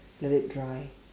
let it dry